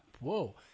Whoa